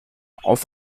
auf